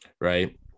Right